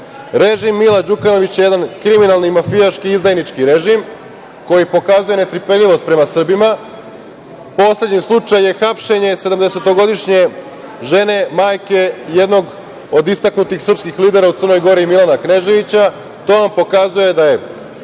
crkva. Režim Mila Đukanovića, jedan kriminalni, mafijaški, izdajnički režim koji pokazuje netrpeljivost prema Srbima. Poslednji slučaj je hapšenje 70-godišnje žene, majke, jednog od istaknutih srpskih lidera u Crnoj Gori, Milana Kneževića. To vam pokazuje da je